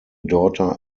daughter